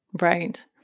Right